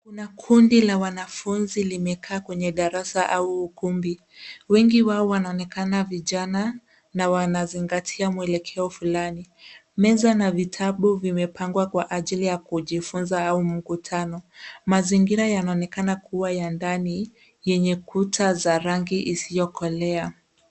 Kuna kundi la wanafunzi limekaa kwenye darasa au ukumbi. Wengi wao wanaonekana vijana na wanazingatia mwelekeo fulani. Meza na vitabu vimepangwa kwa ajili ya kujifunza au mkutano. Mazingira yanaonekana kuwa ya ndani yenye kuta za rangi isiyokolea.